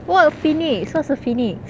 !whoa! a phoenix what's a phoenix